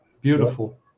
beautiful